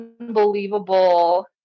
unbelievable